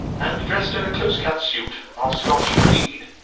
and dressed in a close-cut suit of scotch tweed.